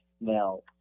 Now